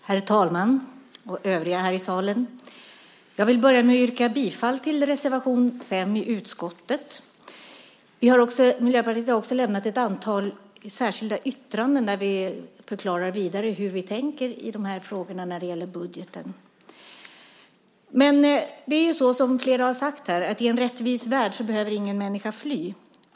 Herr talman och övriga här i salen! Jag vill börja med att yrka bifall till reservation 4 under punkt 5 i utskottets betänkande. Miljöpartiet har också lämnat ett antal särskilda yttranden där vi förklarar vidare hur vi tänker i frågorna om budgeten. Precis som flera har sagt behöver i en rättvis värld ingen människa fly.